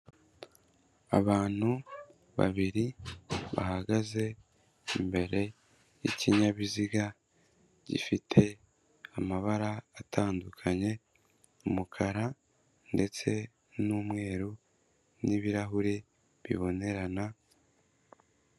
Abantu babiri bahagaze imbere y'ikinyabiziga gifite amabara atandukanye, umukara ndetse n'umweru, n'ibirahure bibonerana.